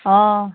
অঁ